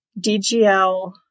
DGL